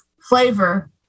flavor